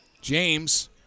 James